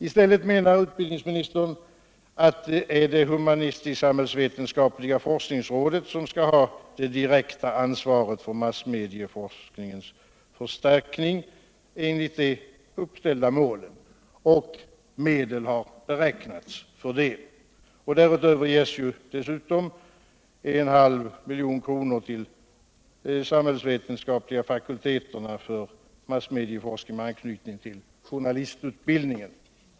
I stället menar utbildningsministern att det är det humanistisk-samhällsvetenskapliga rådet som skall ha det direkta ansvaret för massmedieforskningens förstärkning enligt de uppställda målen, och medel har beräknats för detta. Därutöver ges en halv miljon till de samhällsvetenskapliga fakulteterna för massmedieforskning med anknytning till journalistutbildningen.